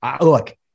look